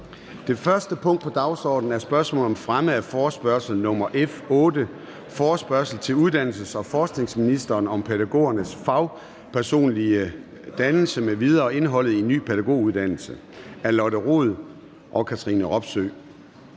Det første punkt på dagsordenen er: 1) Spørgsmål om fremme af forespørgsel nr. F 8: Forespørgsel til uddannelses- og forskningsministeren om pædagogers fagpersonlige dannelse m.v. og indholdet i en ny pædagoguddannelse. Af Lotte Rod (RV) og Katrine Robsøe